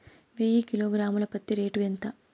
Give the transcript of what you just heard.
వెయ్యి కిలోగ్రాము ల పత్తి రేటు ఎంత?